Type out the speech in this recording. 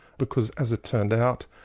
because as it turned out,